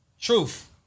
Truth